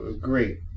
Great